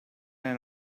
and